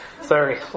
Sorry